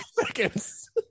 Seconds